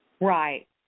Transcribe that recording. Right